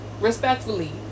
respectfully